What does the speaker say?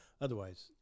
otherwise